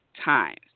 times